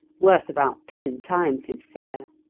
worth about ten times his fare.